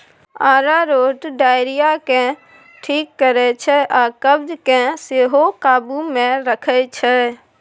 अरारोट diarrhoea केँ ठीक करै छै आ कब्ज केँ सेहो काबु मे रखै छै